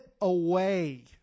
away